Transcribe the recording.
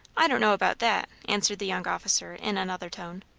i don't know about that, answered the young officer in another tone.